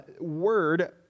word